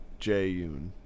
Jae-yoon